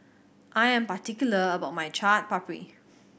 I am particular about my Chaat Papri